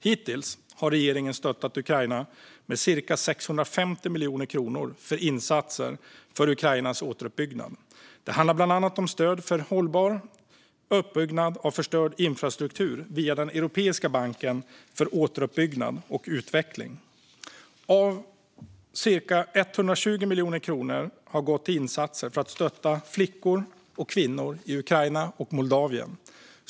Hittills har regeringen stöttat Ukraina med cirka 650 miljoner kronor till insatser för Ukrainas återuppbyggnad. Det handlar bland annat om stöd för hållbar uppbyggnad av förstörd infrastruktur via Europeiska banken för återuppbyggnad och utveckling. Cirka 120 miljoner kronor har gått till insatser för att stötta flickor och kvinnor i Ukraina och Moldavien.